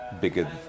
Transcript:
bigger